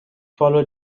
follow